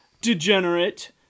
degenerate